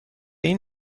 این